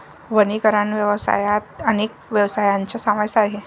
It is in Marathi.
वनीकरण व्यवसायात अनेक व्यवसायांचा समावेश आहे